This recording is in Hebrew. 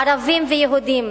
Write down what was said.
ערבים ויהודים,